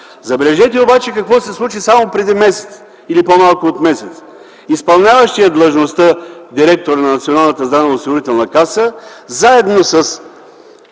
Забележете обаче какво се случи само преди месец или по-малко от месец. Изпълняващият длъжността „директор” на Националната здравноосигурителна каса, заедно с